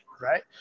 right